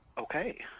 okay.